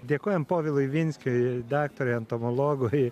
dėkojam povilui ivinskiui daktarui entomologui